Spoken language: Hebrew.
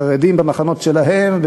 חרדים במחנות שלהם,